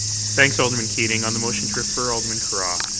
thanks alderman keating on the motion to refer alderman carra.